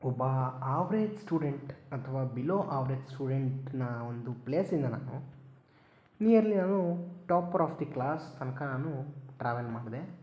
ಒಬ್ಬ average student ಅಥವಾ below average ಸ್ಟೂಡೆಂಟನ್ನ ಒಂದು ಪ್ಲೇಸಿಂದ ನಾನು ನಿಯರ್ಲಿ ನಾನು ಟಾಪರ್ ಆಫ್ ದಿ ಕ್ಲಾಸ್ ತನಕ ನಾನು ಟ್ರಾವೆಲ್ ಮಾಡಿದೆ